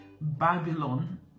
Babylon